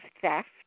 theft